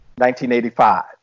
1985